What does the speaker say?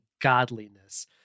godliness